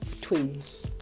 Twins